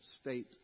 state